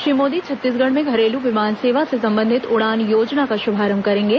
श्री मोदी छत्तीसगढ़ में घरेलू विमान सेवा से संबंधित उड़ान योजना का श्रभारंभ करेंगे